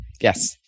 Yes